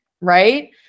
right